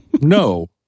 no